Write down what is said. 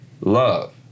love